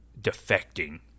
defecting